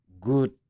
good